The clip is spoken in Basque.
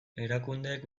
erakundeek